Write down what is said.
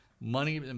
money